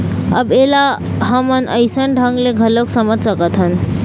अब ऐला हमन अइसन ढंग ले घलोक समझ सकथन